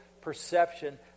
perception